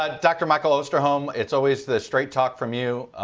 ah dr. michael osterholm, its always the straight talk from you,